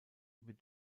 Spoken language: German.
wird